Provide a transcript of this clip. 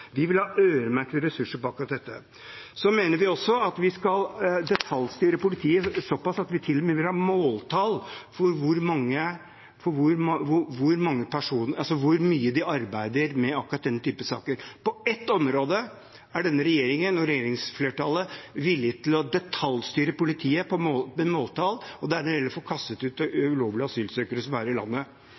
Vi mener også at vi skal detaljstyre politiet såpass at vi til og med vil ha måltall for hvor mye de arbeider med akkurat denne typen saker. På ett område er denne regjeringen og regjeringsflertallet villige til å detaljstyre politiet med måltall, og det er når det gjelder å få kastet ut ulovlige asylsøkere som er i landet.